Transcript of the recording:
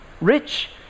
Rich